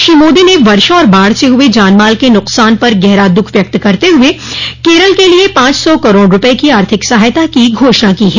श्री मोदी ने वर्षा और बाढ़ से हुए जानमाल के नुकसान पर गहरा द्ःख व्यक्त करते हुए केरल के लिए पांच सौ करोड़ रूपये की आर्थिक सहायता की घोषणा की है